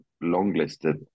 long-listed